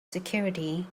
security